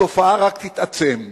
התופעה רק תתעצם,